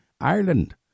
Ireland